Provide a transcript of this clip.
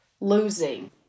losing